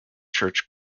church